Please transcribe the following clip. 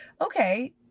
okay